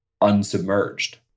unsubmerged